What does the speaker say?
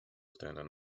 standing